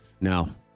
No